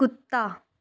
ਕੁੱਤਾ